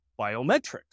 biometrics